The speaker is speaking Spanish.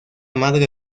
madre